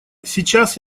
сейчас